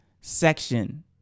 section